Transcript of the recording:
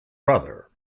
brother